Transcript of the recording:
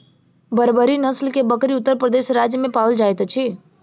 बर्बरी नस्ल के बकरी उत्तर प्रदेश राज्य में पाओल जाइत अछि